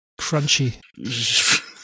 crunchy